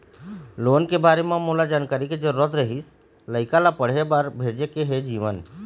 loan के बारे म मोला जानकारी के जरूरत रीहिस, लइका ला पढ़े बार भेजे के हे जीवन